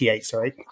sorry